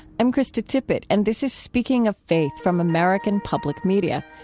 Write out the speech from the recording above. i'm krista tippett, and this is speaking of faith from american public media.